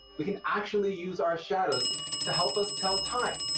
we can actually use our shadows to help us tell time.